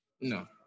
No